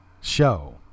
show